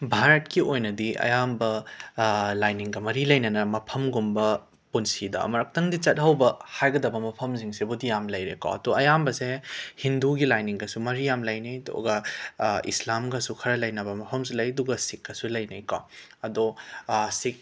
ꯚꯥꯔꯠꯀꯤ ꯑꯣꯏꯅꯗꯤ ꯑꯌꯥꯝꯕ ꯂꯥꯏꯅꯤꯡꯒ ꯃꯔꯤ ꯂꯩꯅꯅ ꯃꯐꯝꯒꯨꯝꯕ ꯄꯨꯟꯁꯤꯗ ꯑꯃꯨꯛꯂꯛꯇꯪꯗꯤ ꯆꯠꯍꯧꯕ ꯍꯥꯏꯒꯗꯕ ꯃꯐꯝꯁꯤꯡꯁꯤꯕꯨꯗꯤ ꯌꯥꯝꯅ ꯂꯩꯔꯦꯀꯣ ꯑꯇꯣ ꯑꯌꯥꯝꯕꯁꯦ ꯍꯤꯟꯗꯨꯒꯤ ꯂꯥꯏꯅꯤꯡꯒꯁꯨ ꯃꯔꯤ ꯌꯥꯝꯅ ꯂꯩꯅꯩ ꯑꯗꯨꯒ ꯏꯁꯂꯥꯝꯒꯁꯨ ꯈꯔ ꯂꯩꯅꯕ ꯃꯐꯝꯁꯨ ꯂꯩ ꯑꯗꯨꯒ ꯁꯤꯈꯀꯁꯨ ꯂꯩꯅꯩ ꯀꯣ ꯑꯗꯣ ꯁꯤꯈ